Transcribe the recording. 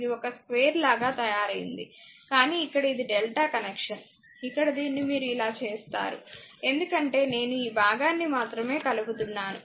ఇది ఒక స్క్వేర్ లాగా తయారైంది కానీ ఇక్కడ ఇది డెల్టా కనెక్షన్ ఇక్కడ దీన్ని మీరు ఇలా చేస్తారు ఎందుకంటే నేను ఈ భాగాన్ని మాత్రమే కలుపుతున్నాను